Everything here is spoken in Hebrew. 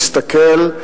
מסתכל,